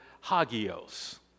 hagios